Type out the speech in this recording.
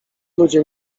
ludzie